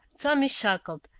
tommy chuckled,